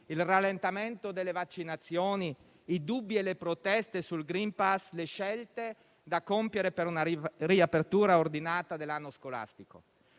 il rallentamento delle vaccinazioni, i dubbi e le proteste sul *green pass*, nonché le scelte da compiere per una riapertura ordinata dell'anno scolastico.